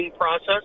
process